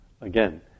again